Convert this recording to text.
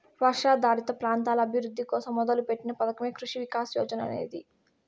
వర్షాధారిత ప్రాంతాల అభివృద్ధి కోసం మొదలుపెట్టిన పథకమే కృషి వికాస్ యోజన అనేది